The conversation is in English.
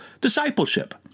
discipleship